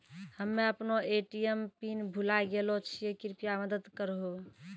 हम्मे अपनो ATM PIN भुलाय गेलो छियै, कृपया मदत करहो